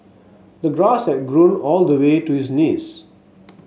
the grass had grown all the way to his knees